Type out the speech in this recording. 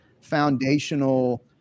foundational